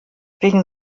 wegen